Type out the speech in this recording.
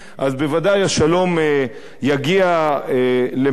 אז בוודאי השלום יגיע למחוזותינו,